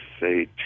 say